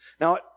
Now